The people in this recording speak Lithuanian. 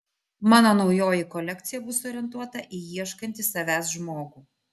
mano naujoji kolekcija bus orientuota į ieškantį savęs žmogų